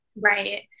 Right